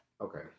okay